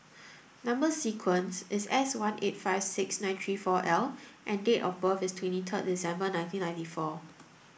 number sequence is S one eight five six nine three four L and date of birth is twenty third December nineteen ninety four